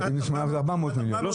מיליון.